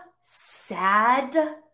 sad